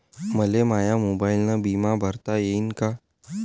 मले माया मोबाईलनं बिमा भरता येईन का?